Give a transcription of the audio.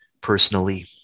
personally